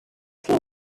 teen